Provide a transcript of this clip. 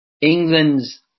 England's